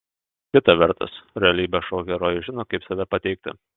kita vertus realybės šou herojai žino kaip save pateikti